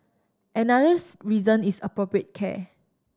anothers reason is appropriate care